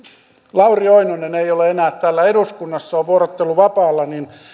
lauri oinonen ei ole enää täällä eduskunnassa on vuorotteluvapaalla niin